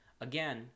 Again